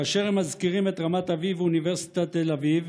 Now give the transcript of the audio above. כאשר הם מזכירים את רמת אביב ואוניברסיטת תל אביב,